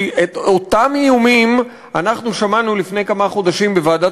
כי את אותם איומים שמענו לפני כמה חודשים בוועדת